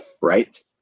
right